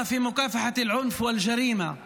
(אומר דברים בשפה הערבית, להלן תרגומם: